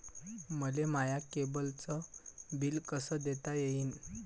मले माया केबलचं बिल कस देता येईन?